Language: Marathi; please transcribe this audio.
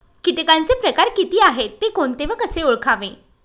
किटकांचे प्रकार किती आहेत, ते कोणते व कसे ओळखावे?